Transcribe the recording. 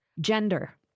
gender